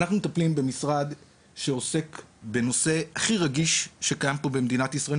אנחנו מטפלים במשרד שעוסק בנושא הכי רגיש שקיים במדינת ישראל,